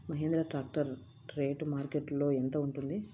Mahindra tractor rate మార్కెట్లో యెంత ఉంటుంది?